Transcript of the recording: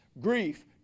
grief